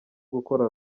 gukora